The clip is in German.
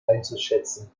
einzuschätzen